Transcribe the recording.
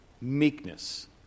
meekness